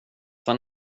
han